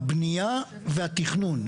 הבנייה והתכנון,